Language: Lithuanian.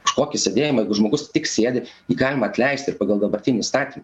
už kokį sėdėjimą jei žmogus tik sėdi jį galima atleisti ir pagal dabartinį įstatymą